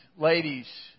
ladies